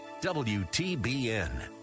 WTBN